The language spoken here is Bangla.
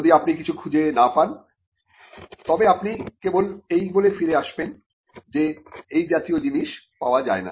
যদি আপনি কিছু খুঁজে না পান তবে আপনি কেবল এই বলে ফিরে আসবেন যে এই জাতীয় জিনিস পাওয়া যায় না